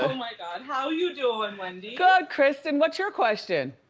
like um how you doin', wendy? good, kristen, what's your question?